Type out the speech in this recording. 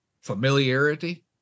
familiarity